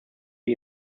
die